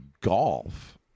golf